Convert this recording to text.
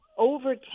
Over